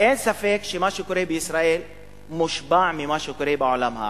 אין ספק שמה שקורה בישראל מושפע ממה שקורה בעולם הערבי,